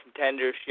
contendership